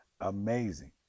amazing